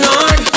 on